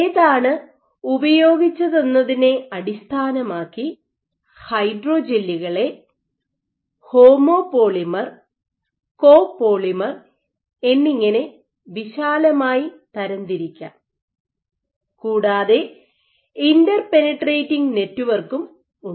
ഏതാണ് ഉപയോഗിച്ചതെന്നതിനെ അടിസ്ഥാനമാക്കി ഹൈഡ്രോജെല്ലുകളെ homo polymer copolymer omo polymer copolymer എന്നിങ്ങനെ വിശാലമായി തരംതിരിക്കാം കൂടാതെ ഇന്റർപെനിട്രേറ്റിംഗ് നെറ്റ് വർക്കും ഉണ്ട്